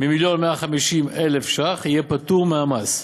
ממיליון ו־150,000 ש"ח יהיה פטור מהמס,